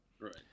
Right